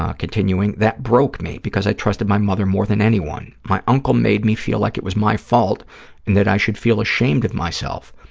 ah continuing, that broke me, because i trusted my mother more than anyone. my uncle made me feel like it was my fault and that i should feel ashamed of myself.